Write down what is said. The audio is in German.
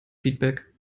feedback